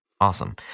Awesome